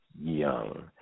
Young